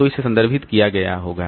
तो इसे संदर्भित किया गया होगा